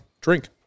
drink